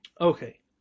Okay